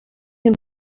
him